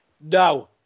No